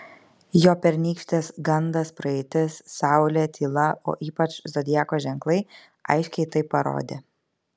jo pernykštės gandas praeitis saulė tyla o ypač zodiako ženklai aiškiai tai parodė